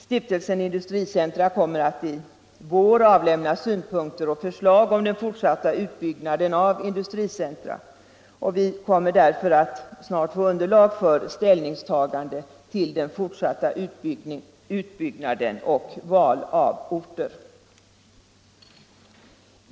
Stiftelsen Industricentra kommer att i vår avlämna synpunkter och förslag om den fortsatta utbyggnaden av industricentra, och vi kommer därför att snart få underlag för ställningstagande till den fortsatta utbyggnaden och val av orter.